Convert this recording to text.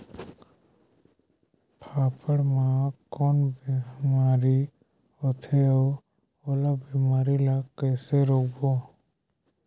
फाफण मा कौन बीमारी होथे अउ ओला बीमारी ला कइसे रोकबो?